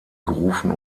gerufen